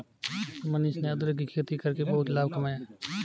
मनीष ने अदरक की खेती करके बहुत लाभ कमाया